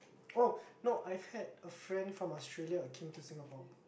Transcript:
oh no I've had a friend from Australia came to Singapore